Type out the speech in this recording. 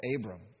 Abram